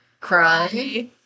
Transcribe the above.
cry